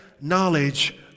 knowledge